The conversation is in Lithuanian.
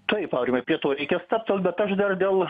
taip aurimai prie to reikės stabtelt bet aš dar dėl